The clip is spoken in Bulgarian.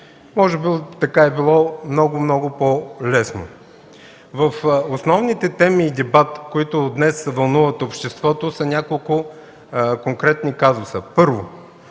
Може би така е било много, много по-лесно. Сред основните теми и дебати, които днес вълнуват обществото, са няколко конкретни казуса.